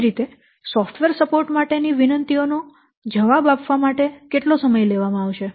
એ જ રીતે software support માટેની વિનંતીઓ નો જવાબ આપવા માટે કેટલો સમય લેવામાં આવશે